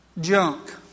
junk